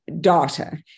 data